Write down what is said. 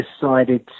decided